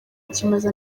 kimaze